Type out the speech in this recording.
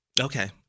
Okay